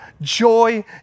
joy